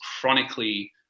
chronically